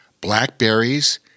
blackberries